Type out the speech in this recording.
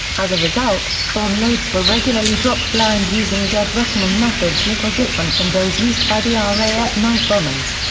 as a result, bomb loads were regularly dropped blind using dead-reckoning methods little different from those used by the ah raf night bombers.